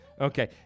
okay